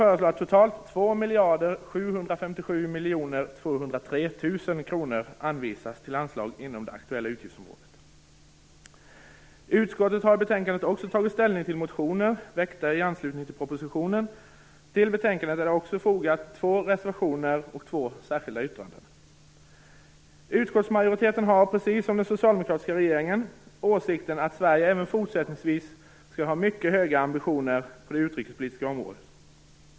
Utskottet har i betänkandet tagit ställning till motioner väckta i anslutning till propositionen. Till betänkandet är det också fogat 2 reservationer och 2 Utskottsmajoriteten har, precis som den socialdemokratiska regeringen, åsikten att Sverige även fortsättningsvis skall ha mycket höga ambitioner på det utrikespolitiska området.